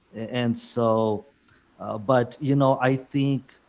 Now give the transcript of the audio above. and so but you know, i think,